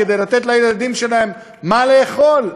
לתת לילדים שלהם מה לאכול.